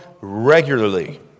regularly